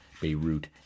Beirut